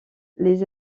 les